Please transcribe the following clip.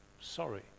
Sorry